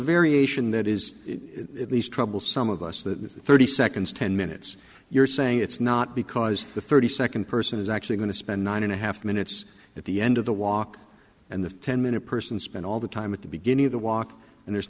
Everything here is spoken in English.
variation that is these trouble some of us the thirty seconds ten minutes you're saying it's not because the thirty second person is actually going to spend nine and a half minutes at the end of the walk and the ten minute person spent all the time at the beginning of the walk and there's